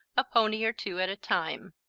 a pony or two at a time.